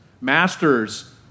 masters